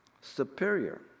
superior